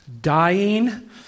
dying